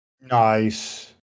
Nice